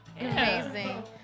Amazing